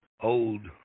Old